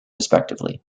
respectively